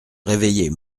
réveiller